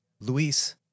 Luis